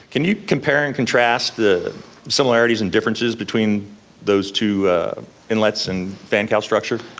can you compare and contrast the similarities and differences between those two inlets and fan cowl structure?